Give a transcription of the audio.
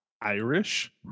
Irish